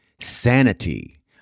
sanity